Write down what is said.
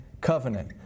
covenant